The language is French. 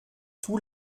tout